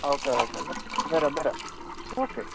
okay okay വരാം വരാം okay